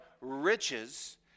riches